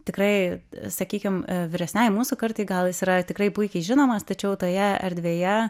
tikrai sakykim vyresnei mūsų kartai gal jis yra tikrai puikiai žinomas tačiau toje erdvėje